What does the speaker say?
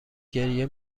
گریه